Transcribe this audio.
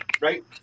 right